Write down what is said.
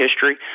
history